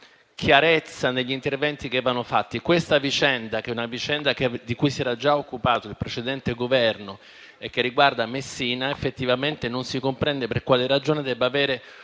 questa vicenda, di cui si era già occupato il precedente Governo e che riguarda Messina, effettivamente non si comprende per quale ragione debba esserci